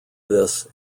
this